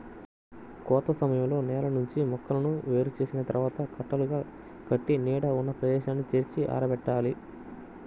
కోత సమయంలో నేల నుంచి మొక్కలను వేరు చేసిన తర్వాత కట్టలుగా కట్టి నీడ ఉన్న ప్రదేశానికి చేర్చి ఆరబెట్టాలి